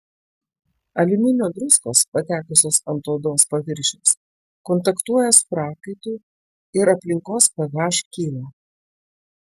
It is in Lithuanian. aliuminio druskos patekusios ant odos paviršiaus kontaktuoja su prakaitu ir aplinkos ph kyla